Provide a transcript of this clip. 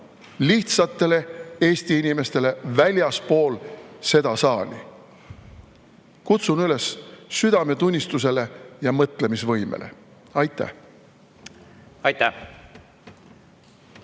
lihtsatele Eesti inimestele väljaspool seda saali. Kutsun üles südametunnistusele ja mõtlemisvõimele! Aitäh!